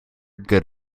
good